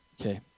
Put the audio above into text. Okay